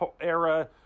era